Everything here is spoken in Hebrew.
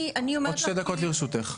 עוד שתי דקות לרשותך.